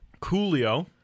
Coolio